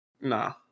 Nah